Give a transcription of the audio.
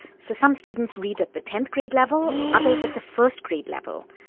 so some students read at the tenth grade level, others at the first-grade level.